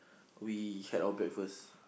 we had our breakfast